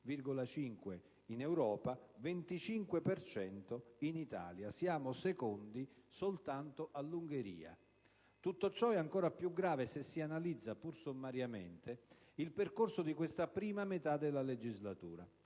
in Europa, 25 per cento in Italia: siamo secondi solo all'Ungheria!). Tutto ciò è ancora più grave se si analizza, pur sommariamente, il percorso di questa prima metà della legislatura: